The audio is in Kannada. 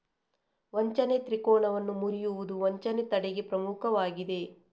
ವಂಚನೆ ತ್ರಿಕೋನವನ್ನು ಮುರಿಯುವುದು ವಂಚನೆ ತಡೆಗೆ ಪ್ರಮುಖವಾಗಿದೆ